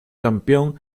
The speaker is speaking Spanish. campeón